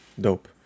dope